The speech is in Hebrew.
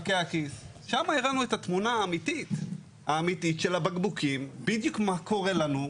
שם הראנו את התמונה האמיתית של הבקבוקים בדיוק מה קורה לנו.